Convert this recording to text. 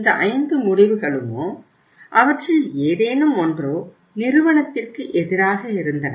இந்த 5 முடிவுகளுமோ அவற்றில் ஏதேனும் ஒன்றோ நிறுவனத்திற்கு எதிராக இருந்தன